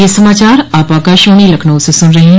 ब्रे क यह समाचार आप आकाशवाणी लखनऊ से सुन रहे हैं